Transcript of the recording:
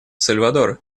сальвадор